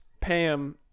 pam